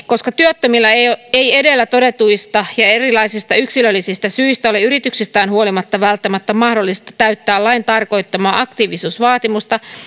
koska työttömillä ei edellä todetuista ja erilaisista yksilöllisistä syistä ole yrityksistään huolimatta välttämättä mahdollista täyttää lain tarkoittamaa aktiivisuusvaatimusta